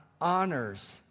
honors